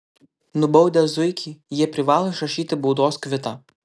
nubaudę zuikį jie privalo išrašyti baudos kvitą